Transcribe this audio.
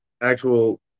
actual